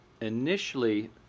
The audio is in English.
Initially